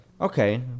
Okay